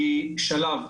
היא שלב,